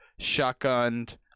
shotgunned